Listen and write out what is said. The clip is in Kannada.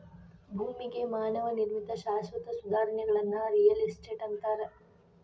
ಭೂಮಿಗೆ ಮಾನವ ನಿರ್ಮಿತ ಶಾಶ್ವತ ಸುಧಾರಣೆಗಳನ್ನ ರಿಯಲ್ ಎಸ್ಟೇಟ್ ಅಂತಾರ